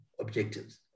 objectives